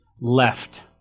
left